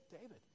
David